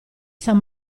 san